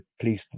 please